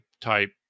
type